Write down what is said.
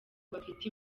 bafite